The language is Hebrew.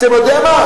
אתה יודע מה?